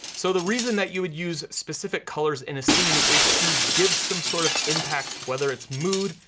so the reason that you would use specific colors in a scene is to give some sort of impact, whether it's mood,